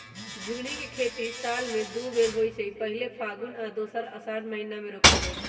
झिगुनी के खेती साल में दू बेर होइ छइ पहिल फगुन में आऽ दोसर असाढ़ महिना मे रोपल जाइ छइ